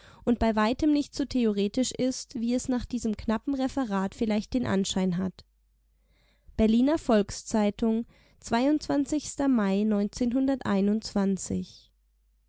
und bei weitem nicht so theoretisch ist wie es nach diesem knappen referat vielleicht den anschein hat berliner volks-zeitung mai